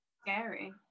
scary